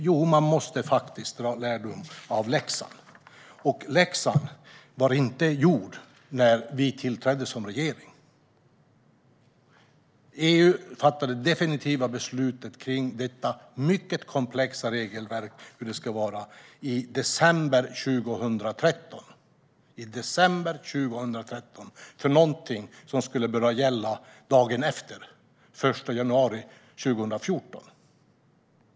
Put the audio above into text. Jo, man måste faktiskt dra lärdom av läxan. Läxan var inte gjord när vi tillträdde som regering. EU fattade det definitiva beslutet kring detta mycket komplexa regelverk i december 2013. Det var någonting som skulle börja gälla dagen efter, den 1 januari 2014.